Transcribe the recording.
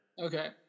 Okay